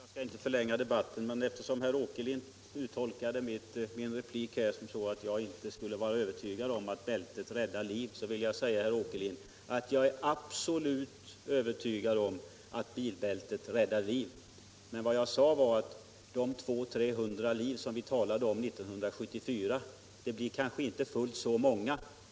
Herr talman! Jag skall inte förlänga debatten, men eftersom herr Åkerlind uttolkade min replik så, att jag inte skulle vara övertygad om att bältet räddar liv, vill jag säga till honom att jag är absolut övertygad om att bilbältet räddar liv. Vad jag sade var att vi talade om 200-300 liv 1974 och att det kanske inte blir fullt så många.